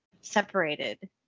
separated